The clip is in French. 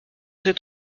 très